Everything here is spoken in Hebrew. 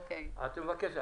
את מבקשת.